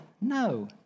No